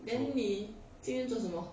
then 你今天做什么